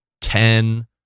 ten